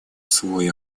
свой